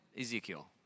Ezekiel